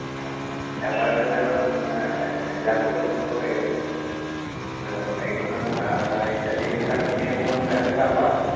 অঁ তাৰপৰা তেতিয়া এখন মানে ৰিজাৰ্ভ কৰি ল'ব লাগিব গাড়ী এখন গাড়ীখনৰ ভাড়া চাড়া ইত্যাদিবিলাক তুমি অকণমান যা যোগাৰ কৰাচোন